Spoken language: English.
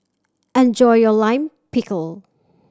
enjoy your Lime Pickle